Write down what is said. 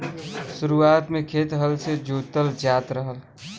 शुरुआत में खेत हल से जोतल जात रहल